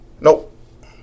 Nope